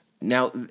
now